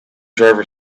driver